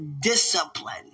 discipline